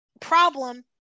problem